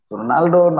Ronaldo